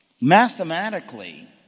mathematically